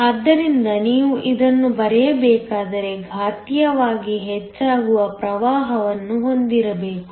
ಆದ್ದರಿಂದ ನೀವು ಇದನ್ನು ಬರೆಯಬೇಕಾದರೆ ಘಾತೀಯವಾಗಿ ಹೆಚ್ಚಾಗುವ ಪ್ರವಾಹವನ್ನು ಹೊಂದಿರಬೇಕು